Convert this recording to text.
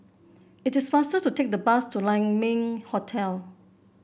it is faster to take the bus to Lai Ming Hotel